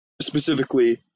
Specifically